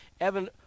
Evan